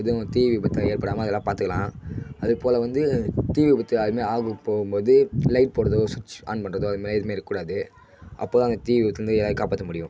இதுவும் தீ விபத்து ஏற்படாமல் அதெலாம் பார்த்துக்கலாம் அதுப்போல் வந்து தீ விபத்து அதை மாரி ஆக போகும் போது லைட் போடுறதோ சுவிட்ச்சு ஆன் பண்ணுறதோ அது மாரி எதுவுமே இருக்கக்கூடாது அப்போ தான் அந்த தீ விபத்துலேருந்து எல்லோரையும் காப்பாற்ற முடியும்